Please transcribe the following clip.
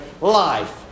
life